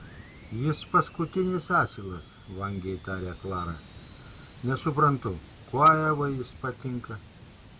jis paskutinis asilas vangiai taria klara nesuprantu kuo evai jis patinka